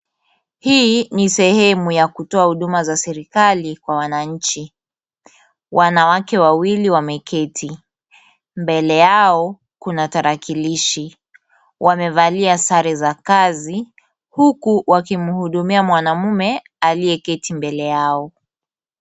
Hii ni sehemu ya kutoa huduma za serikali mwa wananchi. Wanawake wawili wameketi. Mbele yao kuna tarakilishi. Wamevalia sare za kazi huku wakihumdumia mwanamme aliyeketi mbele yao.